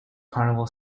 carnival